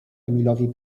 emilowi